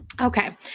Okay